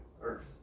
Earth